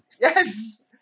Yes